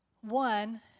one